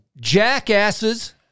Jackasses